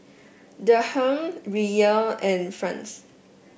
Dirham Riyal and France